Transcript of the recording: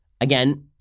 again